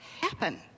happen